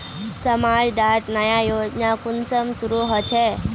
समाज डात नया योजना कुंसम शुरू होछै?